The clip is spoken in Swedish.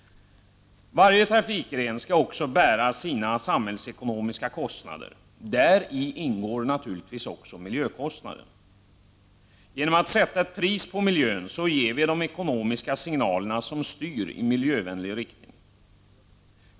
Vidare skall varje trafikgren bära sina samhällsekonomiska kostnader. Däri ingår naturligtvis också miljökostnaden. Genom att sätta ett pris på miljön ger vi de ekonomiska signaler som styr i miljövänlig riktning.